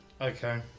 Okay